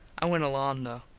i went along though.